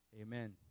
amen